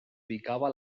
ubicaba